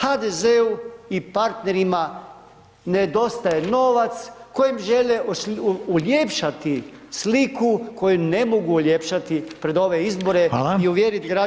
HDZ-u i partnerima nedostaje novac kojim žele uljepšati sliku koju ne mogu uljepšati pred ove izbore [[Upadica: Hvala.]] i uvjeriti građane.